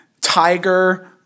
tiger